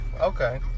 okay